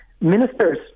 ministers